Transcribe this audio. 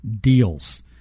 deals